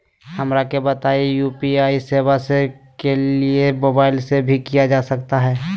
हमरा के बताइए यू.पी.आई सेवा के लिए मोबाइल से भी किया जा सकता है?